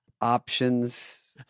options